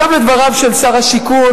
עכשיו לדבריו של שר השיכון.